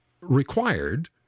required